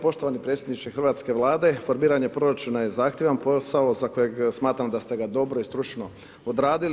Poštovani predsjedniče hrvatske Vlade, formiranje proračuna je zahtjevan posao za kojeg smatram da ste ga dobro i stručno odradili.